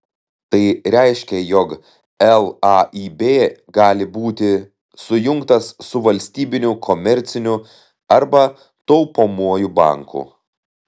tai reiškia jog laib gali būti sujungtas su valstybiniu komerciniu arba taupomuoju banku